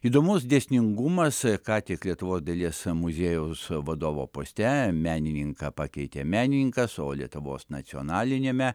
įdomus dėsningumas ką tik lietuvos dailės muziejaus vadovo poste menininką pakeitė menininkas o lietuvos nacionaliniame